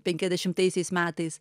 penkiasdešimtaisiais metais